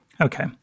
Okay